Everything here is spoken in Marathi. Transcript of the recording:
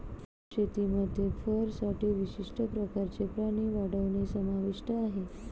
फर शेतीमध्ये फरसाठी विशिष्ट प्रकारचे प्राणी वाढवणे समाविष्ट आहे